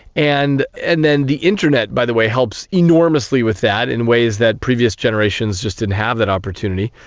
and and then the internet, by the way, helps enormously with that in ways that previous generations just didn't have that opportunity.